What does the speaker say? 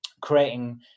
creating